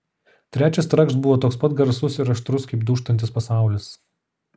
trečias trakšt buvo toks pat garsus ir aštrus kaip dūžtantis pasaulis